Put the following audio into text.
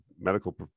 Medical